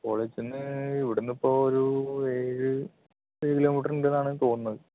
കോളേജിന്ന് ഇവിടുന്ന് ഇപ്പോൾ ഒരു ഏഴ് ഏഴ് കിലോമീറ്ററുണ്ട്ന്നാണ് തോന്നുന്നത്